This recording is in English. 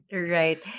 right